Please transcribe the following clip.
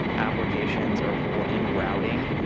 applications, or people in routing,